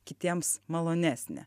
kitiems malonesnė